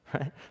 right